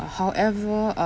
however uh